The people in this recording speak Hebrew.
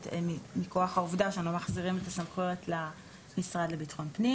מכוח העובדה שאנחנו מחזירים את הסמכויות למשרד לביטחון פנים.